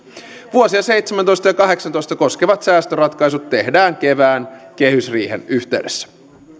vuosia seitsemäntoista ja kahdeksantoista koskevat säästöratkaisut tehdään kevään kehysriihen yhteydessä